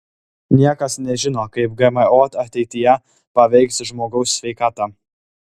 niekas nežino kaip gmo ateityje paveiks žmogaus sveikatą